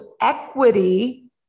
equity